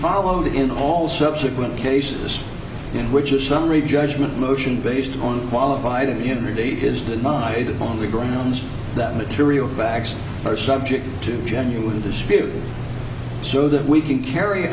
followed in all subsequent cases in which a summary judgment motion based on qualified immunity is to on the grounds that material facts are subject to genuine dispute so that we can carry